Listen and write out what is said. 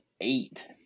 eight